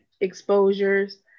exposures